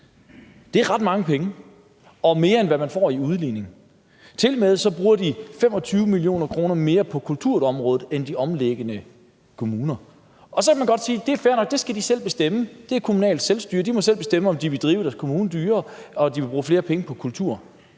Det er ret mange penge og mere, end hvad man får i udligning. Tilmed bruger de 25 mio. kr. mere på kulturområdet end de omliggende kommuner. Og så kan man godt sige: Det er fair nok, det skal de selv bestemme, der er kommunalt selvstyre, og de må godt selv bestemme, om de vil drive deres kommune dyrere, og om de vil bruge flere penge på kultur.